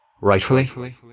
Rightfully